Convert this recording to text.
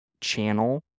channel